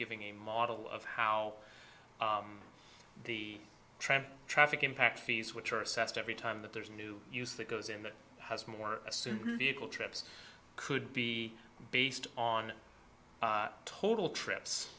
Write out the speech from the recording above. giving a model of how the tram traffic impact fees which are assessed every time that there's a new use that goes in that has more assumed trips could be based on total trips